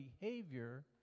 behavior